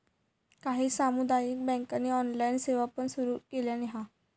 काही सामुदायिक बँकांनी ऑनलाइन सेवा पण सुरू केलानी हा